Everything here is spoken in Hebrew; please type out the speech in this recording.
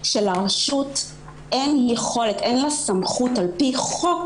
לרשות אין יכולת ואין סמכות על פי חוק